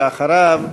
ואחריו,